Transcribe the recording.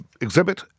exhibit